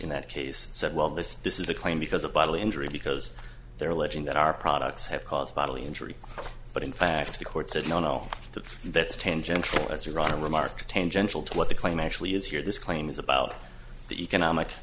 in that case said well this this is a claim because of bodily injury because they're alleging that our products have caused bodily injury but in fact the court said no no that's that's tangential as you're on a remark tangential to what the claim actually is here this claim is about the economic